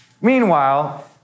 Meanwhile